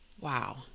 wow